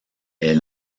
est